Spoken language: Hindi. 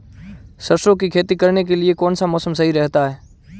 सरसों की खेती करने के लिए कौनसा मौसम सही रहता है?